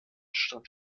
stand